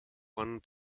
won